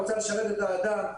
רוצה לשרת את האדם,